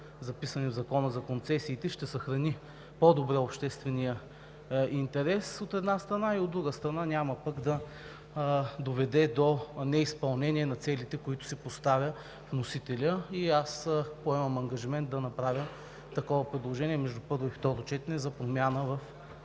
записани в Закона за концесиите, ще съхрани по-добре обществения интерес, от една страна, и, от друга страна, няма пък да доведе до неизпълнение на целите, които си поставя вносителят. Аз поемам ангажимент да направя такова предложение между първо и второ четене за промяна в